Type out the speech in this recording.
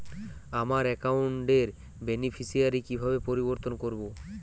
আমার অ্যাকাউন্ট র বেনিফিসিয়ারি কিভাবে পরিবর্তন করবো?